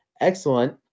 excellent